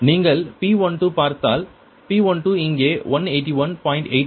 நீங்கள் P12 பார்த்தால் P12 இங்கே 181